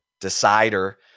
decider